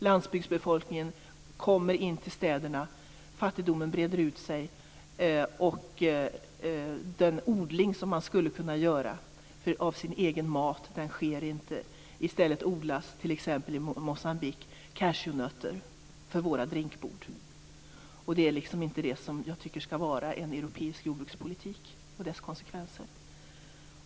Landsbygdsbefolkningen kommer in till städerna och fattigdomen breder ut sig, och den odling av egen mat man skulle kunna ha sker inte. I stället odlas t.ex. i Moçambique cashewnötter för våra drinkbord. Och det är liksom inte det jag tycker skall vara en europeisk jordbrukspolitik och dess konsekvenser.